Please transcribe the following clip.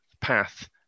path